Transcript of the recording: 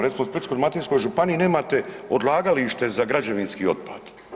Recimo u Splitsko-dalmatinskoj županiji nemate odlagalište za građevinski otpad.